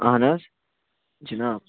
اہن حظ جناب